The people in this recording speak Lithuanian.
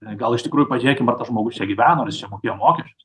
gal iš tikrųjų pažiūrėkim ar tas žmogus čia gyveno ar jis čia mokėjo mokesčius